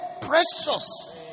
precious